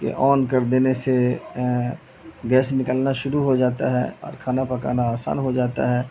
کہ آن کر دینے سے گیس نکالنا شروع ہو جاتا ہے اور کھانا پکانا آسان ہو جاتا ہے